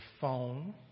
phone